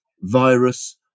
virus